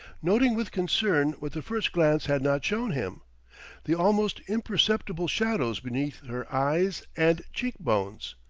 noting with concern what the first glance had not shown him the almost imperceptible shadows beneath her eyes and cheek-bones,